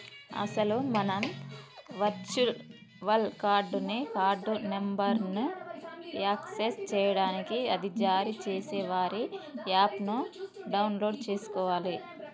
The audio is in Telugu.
అసలు మనం వర్చువల్ కార్డ్ ని కార్డు నెంబర్ను యాక్సెస్ చేయడానికి అది జారీ చేసే వారి యాప్ ను డౌన్లోడ్ చేసుకోవాలి